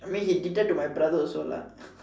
I mean he did that to my brother also lah